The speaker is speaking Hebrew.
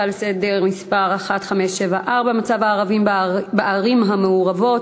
הצעה לסדר-היום מס' 1574: מצב הערבים בערים המעורבות,